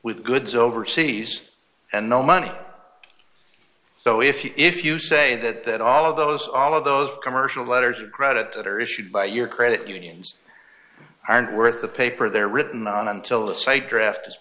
with goods overseas and no money so if you if you say that that all of those all of those commercial letters of credit that are issued by your credit unions aren't worth the paper they're written on until it's a draft is